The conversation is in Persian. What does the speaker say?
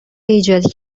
ایجاد